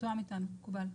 מתואם איתנו ומקובל.